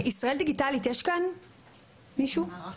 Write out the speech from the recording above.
יש כאן מישהו ממערך